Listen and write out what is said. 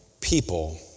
people